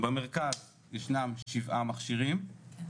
במרכז ישנם 7 מכשירים,